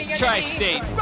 tri-state